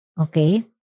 okay